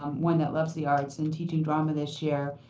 um one that loves the arts in teaching drama this year.